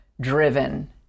driven